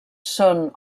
són